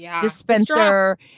dispenser